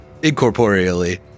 Incorporeally